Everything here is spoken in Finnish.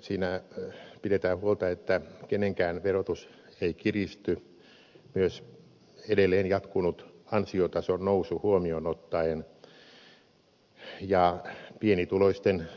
siinä pidetään huolta että kenenkään verotus ei kiristy myös edelleen jatkunut ansiotason nousu huomioon ottaen ja pienituloisten